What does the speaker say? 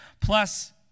Plus